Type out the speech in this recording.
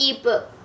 ebook